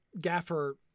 gaffer